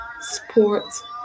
sports